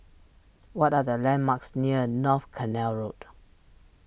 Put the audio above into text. what are the landmarks near North Canal Road